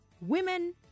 Women